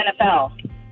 NFL